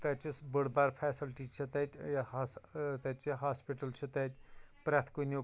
تتہِ یۄس بٔڑ بار فیسلٹی چھِ تتہِ ٲں یہِ حظ تَتہِ چھِ ہاسپِٹَل چھِ تتہِ پرٛیٚتھ کُنیٛک